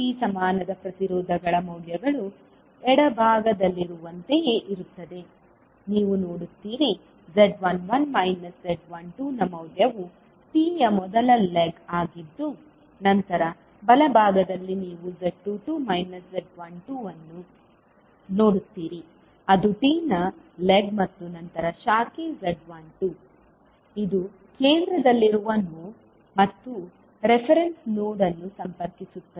T ಸಮನಾದ ಪ್ರತಿರೋಧಗಳ ಮೌಲ್ಯಗಳು ಎಡಭಾಗದಲ್ಲಿರುವಂತೆಯೇ ಇರುತ್ತವೆ ನೀವು ನೋಡುತ್ತೀರಿ Z11 ಮೈನಸ್ Z12 ನ ಮೌಲ್ಯವು T ಯ ಮೊದಲ ಲೆಗ್ ಆಗಿದ್ದು ನಂತರ ಬಲಭಾಗದಲ್ಲಿ ನೀವು Z22 ಮೈನಸ್ Z12 ಅನ್ನು ನೋಡುತ್ತೀರಿ ಅದು T ನ ಲೆಗ್ ಮತ್ತು ನಂತರ ಶಾಖೆ Z12 ಇದು ಕೇಂದ್ರದಲ್ಲಿರುವ ನೋಡ್ ಮತ್ತು ರೆಫರೆನ್ಸ್ ನೋಡ್ ಅನ್ನು ಸಂಪರ್ಕಿಸುತ್ತದೆ